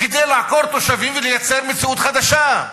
לעקור תושבים ולייצר מציאות חדשה.